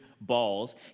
balls